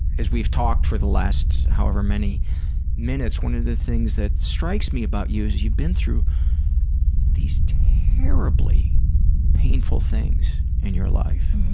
as we've talked for the last however many minutes, one of the things that strikes me about you is you've been through these terribly painful things in your life,